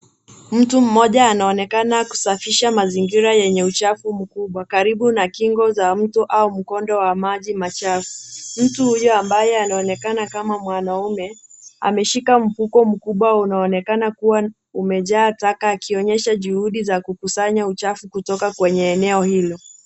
Mtu mmoja anaonekana kusafisha mazingira yenye uchafu mkubwa karibu na kingo za mto au mkondo wa maji machafu. Mtu huyo ambaye anaonekana kama mwanaume ameshika mfuko mkubwa unao onekana kuwa umejaa taka akionyesha juhudi za kukusanya uchafu kutoka kwenye eneo hilo.